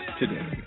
today